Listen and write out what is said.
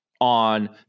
on